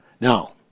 Now